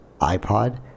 ipod